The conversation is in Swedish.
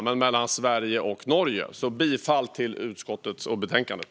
Jag yrkar alltså bifall till utskottets förslag i betänkandet.